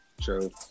True